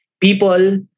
People